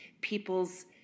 people's